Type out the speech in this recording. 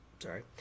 sorry